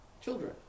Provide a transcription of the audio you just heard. children